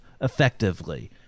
effectively